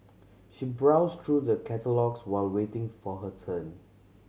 she browsed through the catalogues while waiting for her turn